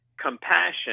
compassion